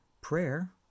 Prayer